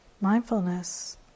mindfulness